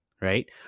right